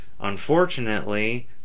unfortunately